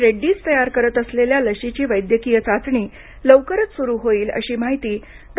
रेड्डीज तयार करत असलेल्या लसीची वैड्यकीय चाचणी लवकरच सुरू होईल अशी माहिती डॉ